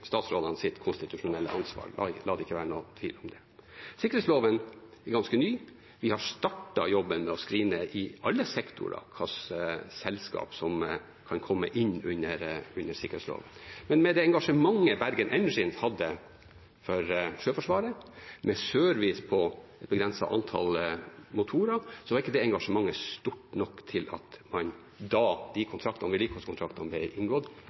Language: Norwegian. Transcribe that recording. konstitusjonelle ansvar. La det ikke være noe tvil om det. Sikkerhetsloven er ganske ny. Vi har startet jobben med å «screene» i alle sektorer hvilke selskap som kan komme inn under sikkerhetsloven. Men med det engasjementet Bergen Engines hadde for Sjøforsvaret, med service på et begrenset antall motorer, var ikke det engasjementet stort nok til at man i vedlikeholdskontraktene som ble inngått, da